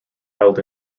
held